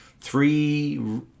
three